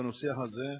בנושא הזה,